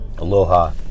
Aloha